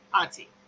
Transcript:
Auntie